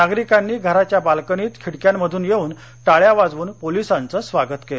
नागरिकांनी घराच्या बाल्कनीत खिडक्यांमधून येऊन टाळ्या वाजवून पोलिसांचं स्वागत केलं